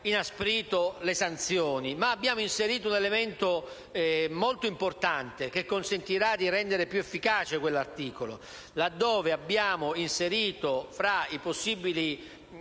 inasprito le sanzioni, ma abbiamo inserito un elemento molto importante, che consentirà di rendere più efficace quell'articolo, là dove abbiamo inserito, fra i possibili